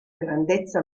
grandezza